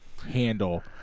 handle